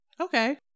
Okay